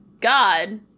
God